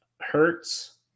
Hertz